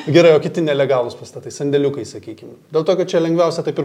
gerai o kiti nelegalūs pastatai sandėliukai sakykim dėl to kad čia lengviausia taip ir